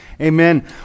Amen